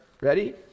ready